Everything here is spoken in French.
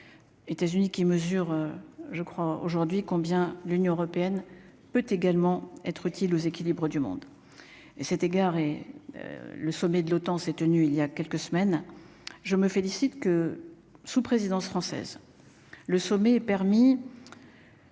États-Unis qui mesure je crois aujourd'hui, combien l'Union européenne peut également être utile aux équilibres du monde et cet égard et le sommet de l'OTAN s'est tenu il y a quelques semaines, je me félicite que, sous présidence française, le sommet est permis.